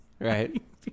Right